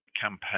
campaign